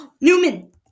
Newman